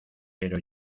pero